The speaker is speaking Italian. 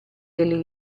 delle